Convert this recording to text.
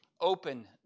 open